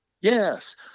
Yes